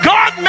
God